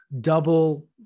double